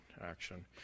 action